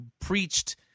preached